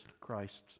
Christ's